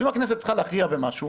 ואם הכנסת צריכה להכריע במשהו,